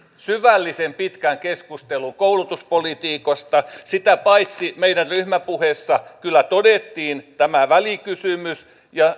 syvällisen pitkän keskustelun koulutuspolitiikasta sitä paitsi meidän ryhmäpuheessa kyllä todettiin tämä välikysymys